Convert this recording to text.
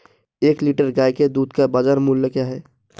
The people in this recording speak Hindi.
एक लीटर गाय के दूध का बाज़ार मूल्य क्या है?